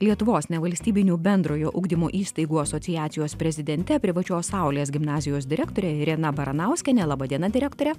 lietuvos nevalstybinių bendrojo ugdymo įstaigų asociacijos prezidente privačios saulės gimnazijos direktore irena baranauskiene laba diena direktore